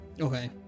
Okay